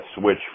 switch